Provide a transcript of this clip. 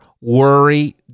worry